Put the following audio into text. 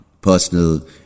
personal